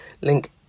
link